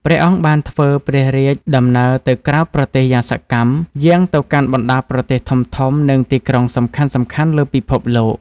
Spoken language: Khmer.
ព្រះអង្គបានធ្វើព្រះរាជដំណើរទៅក្រៅប្រទេសយ៉ាងសកម្ម យាងទៅកាន់បណ្ដាប្រទេសធំៗ និងទីក្រុងសំខាន់ៗលើពិភពលោក។